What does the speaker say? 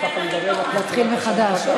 נתחיל מחדש.